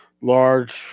large